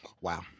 wow